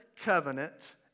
covenant